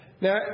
Now